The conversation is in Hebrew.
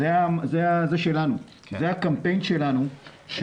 זה הקמפיין שלנו.